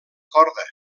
corda